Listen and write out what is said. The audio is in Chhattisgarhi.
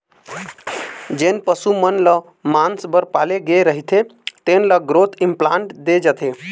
जेन पशु मन ल मांस बर पाले गे रहिथे तेन ल ग्रोथ इंप्लांट दे जाथे